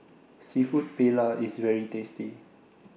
Seafood Paella IS very tasty